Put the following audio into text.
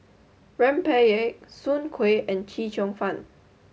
Rempeyek Soon Kueh and Chee Cheong Fun